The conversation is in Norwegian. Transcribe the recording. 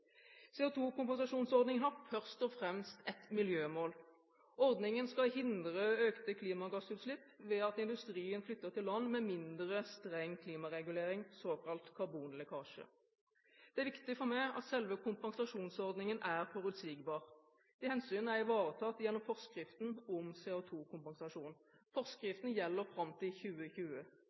har først og fremst et miljømål. Ordningen skal hindre økte klimagassutslipp, ved at industrien flytter til land med mindre streng klimaregulering, såkalt karbonlekkasje. Det er viktig for meg at selve kompensasjonsordningen er forutsigbar. Det hensynet er ivaretatt gjennom forskriften om CO2-kompensasjon. Forskriften gjelder fram til 2020.